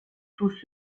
tous